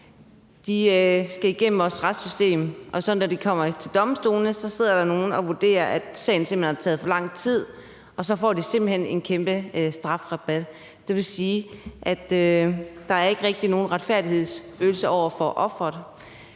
skal igennem vores retssystem, sidder der, når de kommer til domstolene, nogle og vurderer, at sagen simpelt hen har taget for lang tid, og så får de simpelt hen en kæmpe strafferabat. Det vil sige, at der ikke rigtig er noget retfærdighedshensyn til offeret.